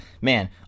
Man